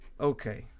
okay